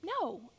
no